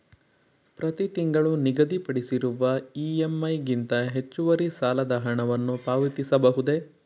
ಪ್ರತಿ ತಿಂಗಳು ನಿಗದಿಪಡಿಸಿರುವ ಇ.ಎಂ.ಐ ಗಿಂತ ಹೆಚ್ಚುವರಿ ಸಾಲದ ಹಣವನ್ನು ಪಾವತಿಸಬಹುದೇ?